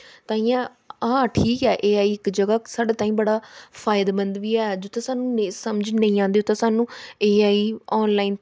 ताइयें हां ठीक ऐ ए आई साढ़ै ताहीं इक जगह बड़ा फायदेमंद बी ऐ जित्थै सानूं समझ नेईं आंदी उत्थेै सानूं ए आई आनलाइन